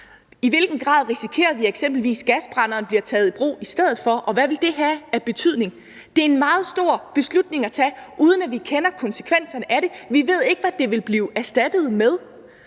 I hvilken grad risikerer vi eksempelvis at gasbrænderen bliver taget i brug i stedet for, og hvad vil det have af betydning? Det er en meget stor beslutning at tage, uden at vi kender konsekvenserne af det. Vi ved ikke, hvad det vil blive erstattet med.